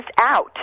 out